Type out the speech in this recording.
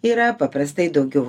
yra paprastai daugiau